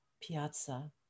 piazza